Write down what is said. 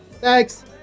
Thanks